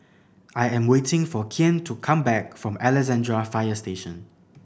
I am waiting for Kian to come back from Alexandra Fire Station